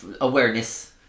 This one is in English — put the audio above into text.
Awareness